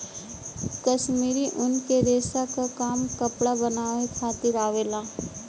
कश्मीरी ऊन के रेसा क काम कपड़ा बनावे खातिर आवला